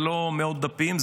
זה לא מאות דפים,